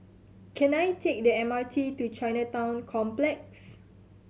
can I take the M R T to Chinatown Complex